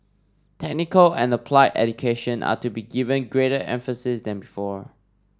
technical and applied education are to be given greater emphasis than before